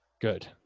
Good